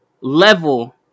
level